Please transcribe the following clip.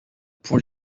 pour